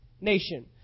nation